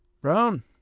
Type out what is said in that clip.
brown